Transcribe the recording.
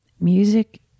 Music